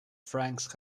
franks